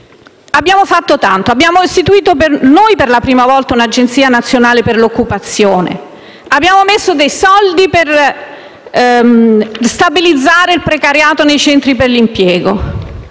Abbiamo fatto tanto, abbiamo istituto noi per la prima volta l'Agenzia nazionale per l'occupazione, abbiamo appostato delle risorse per stabilizzare il precariato nei centri per l'impiego.